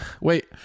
Wait